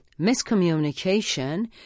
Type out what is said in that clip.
miscommunication